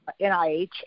NIH